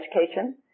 education